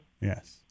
Yes